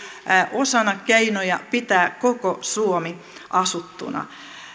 osana keinoja pitää koko suomi asuttuna